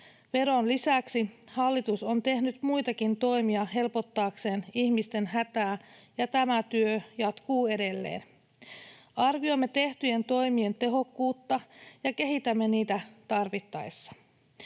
veron lisäksi hallitus on tehnyt muitakin toimia helpottaakseen ihmisten hätää, ja tämä työ jatkuu edelleen. Arvioimme tehtyjen toimien tehokkuutta ja kehitämme niitä tarvittaessa.